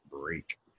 break